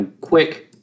quick